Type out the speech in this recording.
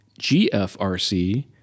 GFRC